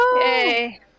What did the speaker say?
Yay